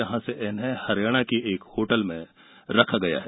जहां से इन्हें हरियाणा की एक होटल में रखा गया है